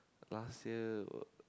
last year